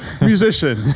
musician